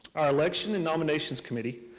our election and nominations committee,